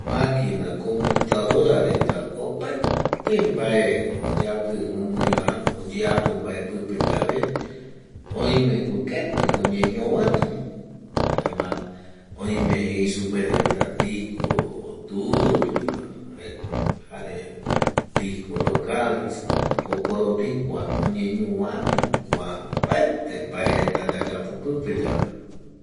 Makina komputadora reta opaete mbae oyapi guinoiva oyeapo mbae pipeyave oimeko keti oñeñovatu jaema oime jei supe reta disco duro jeiva jare disco local jei supevano jokoropi kua oñeñovatu kua opaete mbaereta yayapo pipe yave